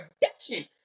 production